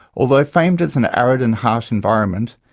although famed as an arid and harsh environment,